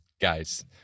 Guys